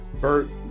Bert